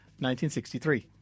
1963